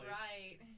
right